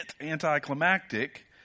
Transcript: anticlimactic